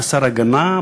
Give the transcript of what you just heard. חסר הגנה,